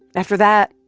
after that,